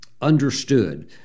understood